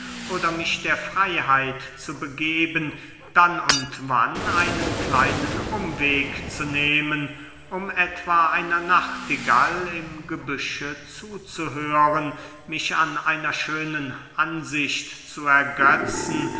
oder mich der freyheit zu begeben dann und wann einen kleinen umweg zu nehmen um etwa einer nachtigall im gebüsche zuzuhören mich an einer schönen ansicht zu ergetzen